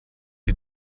die